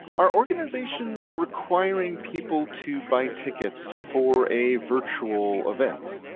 are organizations requiring people to buy tickets for a virtual event?